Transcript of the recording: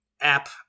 app